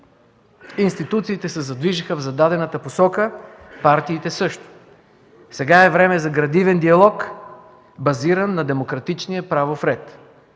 Институциите се задвижиха в зададената посока, партиите също. Сега е време за градивен диалог, базиран на демократичния правов ред.